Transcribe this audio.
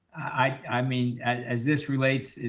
i mean as this relates,